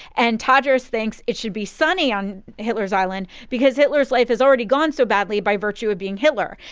and tojo's thinks it should be sunny on hitler's island because hitler's life is already gone so badly by virtue of being hitler.